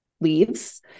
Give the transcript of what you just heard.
leaves